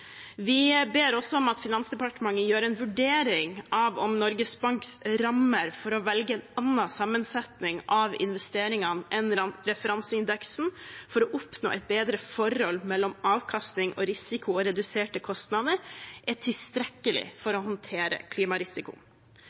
Vi ber også om at Finansdepartementet gjør en vurdering av om Norges Banks rammer for å velge en annen sammensetning av investeringene enn referanseindeksen for å oppnå et bedre forhold mellom avkastning og risiko og reduserte kostnader, er tilstrekkelig for å håndtere klimarisiko.